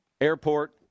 airport